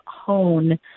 hone